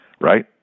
right